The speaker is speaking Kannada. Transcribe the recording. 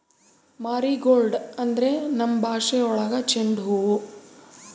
ಮಾರಿಗೋಲ್ಡ್ ಅಂದ್ರೆ ನಮ್ ಭಾಷೆ ಒಳಗ ಚೆಂಡು ಹೂವು